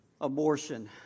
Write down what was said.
abortion